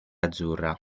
azzurra